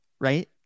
right